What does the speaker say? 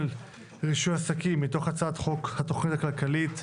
(רישוי עסקים) מתוך הצעת חוק התכנית הכלכלית,